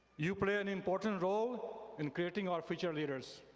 you play an important role in creating our future leaders.